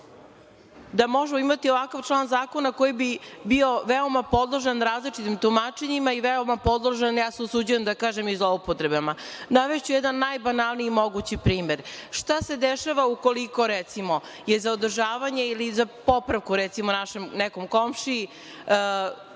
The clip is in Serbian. da možemo imati ovakav član zakona koji bi bio veoma podložan različitim tumačenjima ili veoma podložan, usuđujem se da kažem, zloupotrebama. Navešću jedan najbanalniji mogući primer, šta se dešava ukoliko recimo, je za održavanje ili popravku nekom našem komšiji